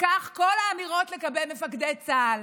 כך כל האמירות לגבי מפקדי צה"ל,